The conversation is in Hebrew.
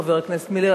חבר הכנסת מילר,